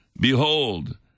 behold